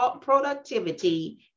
productivity